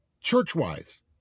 church-wise